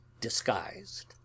disguised